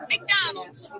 McDonald's